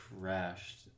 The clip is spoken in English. crashed